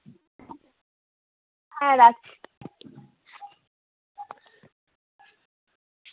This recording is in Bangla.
হ্যাঁ রাখছি